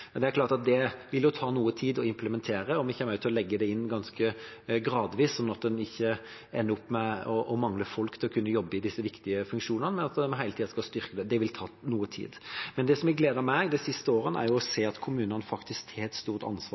det vil ta noe tid å implementere det, og vi kommer også til å legge det inn ganske gradvis, sånn at en ikke ender med å mangle folk til å kunne jobbe i disse viktige funksjonene, men at en hele tiden skal styrke det. Det vil ta noe tid. Det som har gledet meg de siste årene, er å se at kommunene faktisk tar et stort ansvar